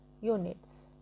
units